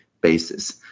basis